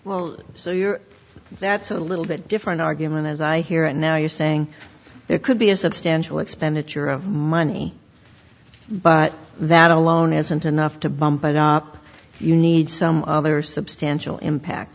well so you know that's a little bit different argument as i hear and now you're saying it could be a substantial expenditure of money but that alone isn't enough to bump it up you need some other substantial impact